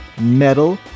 Metal